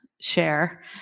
share